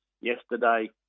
yesterday